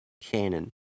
canon